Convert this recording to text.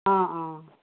অঁ অঁ